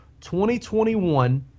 2021